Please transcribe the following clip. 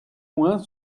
moins